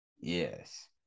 Yes